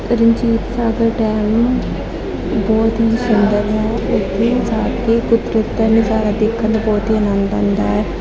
Ranjit Sagar dam ਬਹੁਤ ਹੀ ਸੁੰਦਰ ਹੈ ਇੱਥੇ ਜਾ ਕੇ ਕੁਦਰਤ ਦਾ ਨਜ਼ਾਰਾ ਦੇਖਣ ਦਾ ਬਹੁਤ ਹੀ ਅਨੰਦ ਆਉਂਦਾ ਹੈ